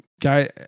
guy